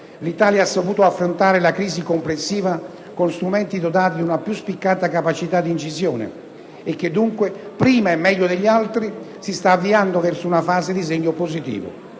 l'Italia ha saputo affrontare la crisi complessiva con strumenti dotati di una più spiccata capacità di incisione e che dunque essa prima e meglio degli altri si sta avviando verso una fase di segno positivo.